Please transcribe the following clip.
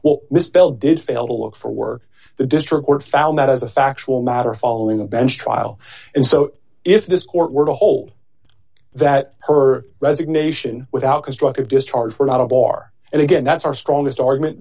well misspelled did fail to look for work the district court found that as a factual matter following the bench trial and so if this court were to hold that her resignation without constructive discharge were not a bar and again that's our strongest argument